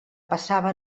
passava